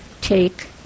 take